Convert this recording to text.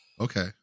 okay